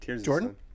Jordan